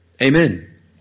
Amen